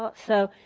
but so,